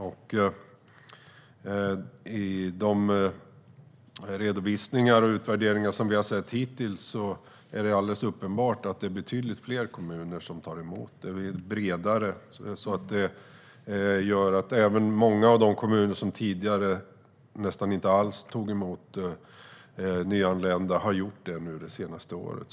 I de redovisningar och utvärderingar som vi har sett hittills är det alldeles uppenbart att det är betydligt fler kommuner som nu tar emot, och många av de kommuner som tidigare nästan inte alls tog emot nyanlända har gjort det det senaste året.